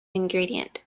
ingredient